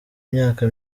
imyaka